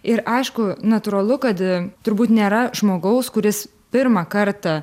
ir aišku natūralu kad turbūt nėra žmogaus kuris pirmą kartą